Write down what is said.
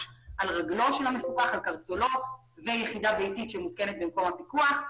על קרסולו של המפוקח ויחידה ביתית שמותקנת במקום הפיקוח.